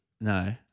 No